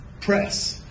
press